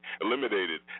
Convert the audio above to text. eliminated